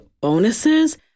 bonuses